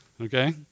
Okay